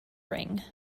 ring